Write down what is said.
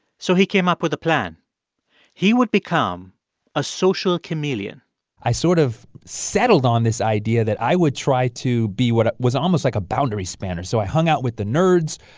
so he came up with a plan he would become a social chameleon i sort of settled on this idea that i would try to be what was almost like a boundary spanner. so i hung out with the nerds.